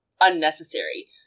unnecessary